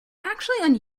actually